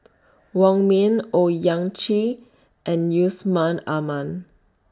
Wong Ming Owyang Chi and Yusman Aman